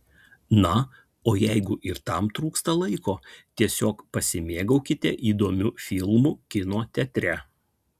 na o jeigu ir tam trūksta laiko tiesiog pasimėgaukite įdomiu filmu kino teatre